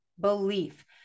belief